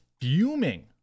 fuming